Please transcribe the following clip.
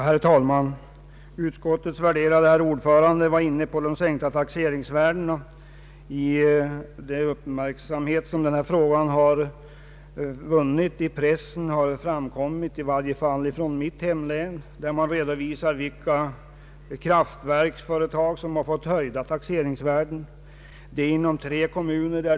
Herr talman! Utskottets värderade ordförande berörde frågan om de sänkta taxeringsvärdena. Enligt vad som redovisats i pressen har i flera fall de privata kraftverksföretagen i mitt hemlän fått taxeringsvärdena höjda.